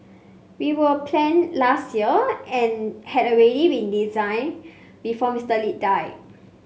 they were planned last year and had already been designed before Mister Lee died